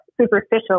superficial